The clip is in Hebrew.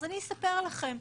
אז אני אספר לכם.